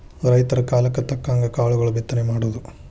ರೈತರ ಕಾಲಕ್ಕ ತಕ್ಕಂಗ ಕಾಳುಗಳ ಬಿತ್ತನೆ ಮಾಡುದು